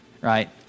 right